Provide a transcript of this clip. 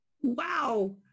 Wow